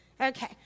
Okay